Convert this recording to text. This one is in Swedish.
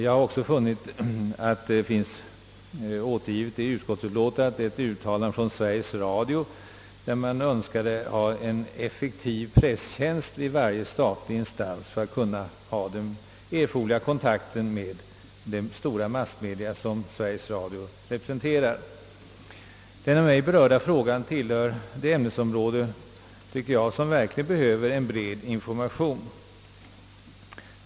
I utskottsutlåtandet finns också återgivet ett uttalande från Sveriges Radio, som önskade en effektiv presstjänst vid varje statlig instans för upprätthållandet av den erforderliga kontakten med de stora massmedia Sveriges Radio representerar. Den av mig berörda frågan tillhör ett ämnesområde där det verkligen behövs en bred information.